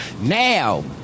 Now